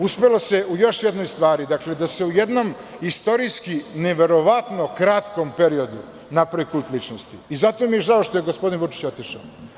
Uspelo se u još jednoj stvari, da se u jednom istorijski neverovatno kratkom periodu napravi kult ličnosti i zato mi je žao što je gospodin Vučić otišao.